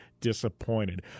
disappointed